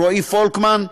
רועי פולקמן,